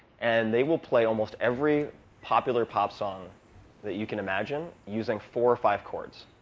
and they will play almost every popular pop song that you can imagine using four or five chords.